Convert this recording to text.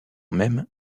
même